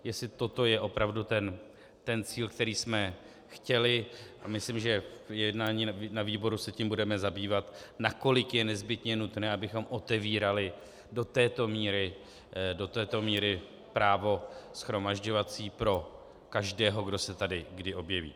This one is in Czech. Jestli toto je opravdu ten cíl, který jsme chtěli, a myslím, že v jednání na výboru se tím budeme zabývat, nakolik je nezbytně nutné, abychom otevírali do této míry právo shromažďovací pro každého, kdo se tady kdy objeví.